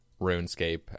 RuneScape